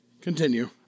Continue